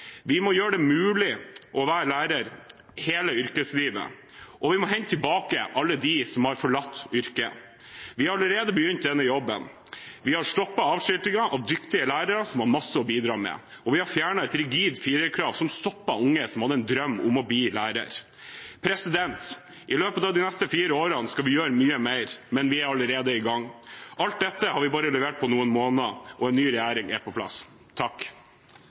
Vi må gjøre det mulig å være lærer hele yrkeslivet, og vi må hente tilbake alle dem som har forlatt yrket. Vi har allerede begynt denne jobben. Vi har stoppet avskiltingen av dyktige lærere som har masse å bidra med, og vi har fjernet et rigid firerkrav som stoppet unge som hadde en drøm om å bli lærer. I løpet av de neste fire årene skal vi gjøre mye mer, men vi er allerede i gang. Alt dette har vi levert på bare noen måneder, og en ny regjering er på plass.